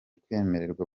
kwemererwa